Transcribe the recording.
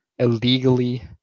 illegally